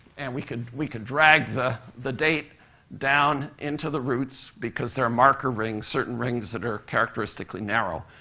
and we could we could drag the the date down into the roots because there are marker rings certain rings that are characteristically narrow.